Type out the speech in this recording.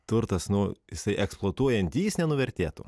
turtas nu jisai eksploatuojant jis nenuvertėtų